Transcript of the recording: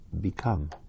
become